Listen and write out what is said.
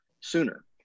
sooner